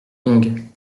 longue